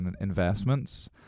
investments